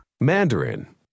Mandarin